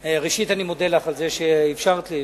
ראשית, אני מודה לך על זה שאפשרת לי.